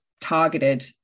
targeted